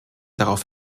darauf